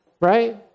Right